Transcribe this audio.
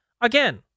Again